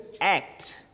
act